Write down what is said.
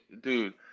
Dude